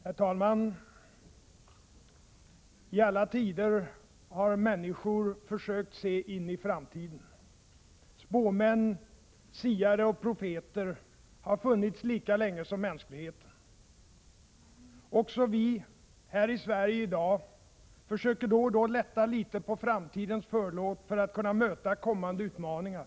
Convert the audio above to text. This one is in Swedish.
Herr talman! I alla tider har människor försökt se in i framtiden. Spåmän, siare och profeter har funnits lika länge som mänskligheten. Också vi, här i Sverige i dag, försöker då och då lätta litet på framtidens förlåt för att kunna möta kommande utmaningar.